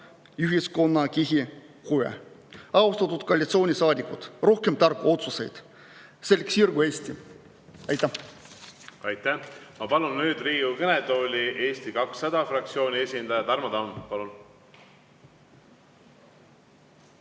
ühiskonnakihi huve. Austatud koalitsioonisaadikud, rohkem tarku otsuseid! Selg sirgu, Eesti! Aitäh! Ma palun nüüd Riigikogu kõnetooli Eesti 200 fraktsiooni esindaja Tarmo Tamme. Palun!